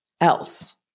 else